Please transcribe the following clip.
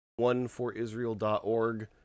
oneforisrael.org